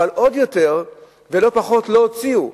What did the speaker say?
אבל עוד יותר ולא פחות לא הוציאו,